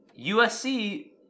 USC